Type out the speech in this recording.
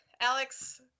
Alex